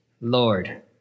Lord